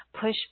push